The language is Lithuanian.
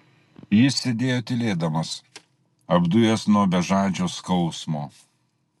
jis sėdėjo tylėdamas apdujęs nuo bežadžio skausmo